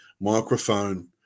microphone